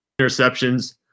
interceptions